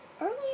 earlier